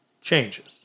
changes